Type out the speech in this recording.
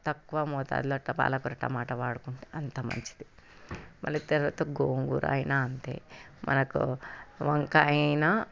తక్కువ మోతాదులో అట్ట పాలకొర టమాట వాడుకుంటే అంత మంచిది మళ్ళీ తర్వాత గోంగూర అయిన అంతే మనకు వంకాయ అయినా